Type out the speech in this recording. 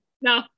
No